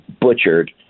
butchered